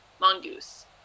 mongoose